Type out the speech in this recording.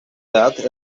that